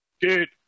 Dude